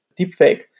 deepfake